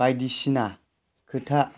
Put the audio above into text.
बायदिसिना खोथा